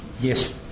Yes